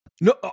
No